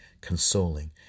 consoling